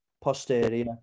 posterior